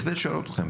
כדי לשרת אתכם,